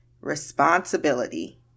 responsibility